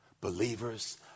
believers